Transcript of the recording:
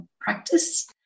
practice